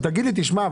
אתה תגיד לי שמע,